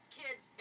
kids